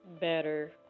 better